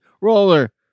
roller